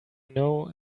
know